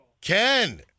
Ken